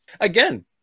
Again